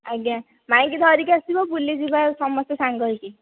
ଆଜ୍ଞା ମାଇଁଙ୍କୁ ଧରିକି ଆସିବ ବୁଲି ଯିବା ସମସ୍ତେ ସାଙ୍ଗ ହୋଇକି